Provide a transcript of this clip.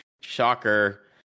shocker